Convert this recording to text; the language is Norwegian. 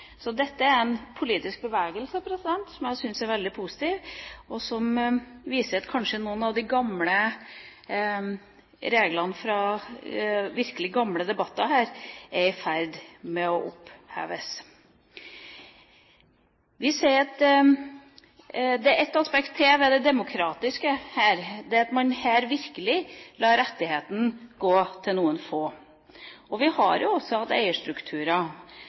Så dette er en politisk bevegelse som jeg syns er veldig positiv, og som viser at kanskje noen av de gamle reglene fra virkelig gamle debatter her er i ferd med å oppheves. Vi ser at det er et aspekt til ved det demokratiske her. Det er at man her virkelig lar rettigheten gå til noen få. Vi har jo også hatt eierstrukturer.